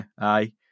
aye